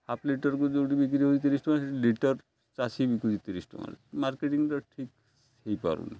half ଲିଟର୍କୁ ଯେଉଁଠି ବିକ୍ରି ହେଉଛି ତିରିଶ ଟଙ୍କା ସେଇଠି ଲିଟର୍ ଚାଷୀ ବିିକୁୁଛି ତିରିଶ ଟଙ୍କାରେ ମାର୍କେଟିଂଟା ଠିକ୍ ହୋଇପାରୁନି